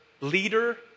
leader